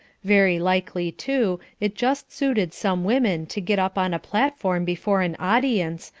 very likely, too, it just suited some women to get up on a platform before an audience,